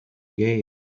gale